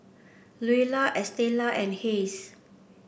Luella Estela and Hays